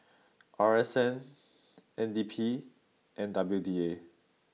R S N N D P and W D A